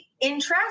interest